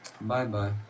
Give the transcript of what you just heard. Bye-bye